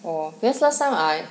orh then last time I